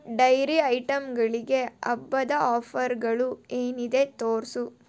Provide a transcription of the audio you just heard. dairy ಐಟಂಗಳಿಗೆ ಹಬ್ಬದ ಆಫರ್ಗಳು ಏನಿದೆ ತೋರಿಸು